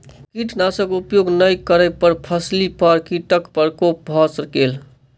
कीटनाशक उपयोग नै करै पर फसिली पर कीटक प्रकोप भ गेल